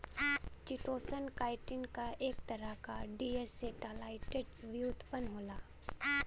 chitosan, chitin क एक तरह क डीएसेटाइलेटेड व्युत्पन्न होला